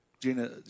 Gina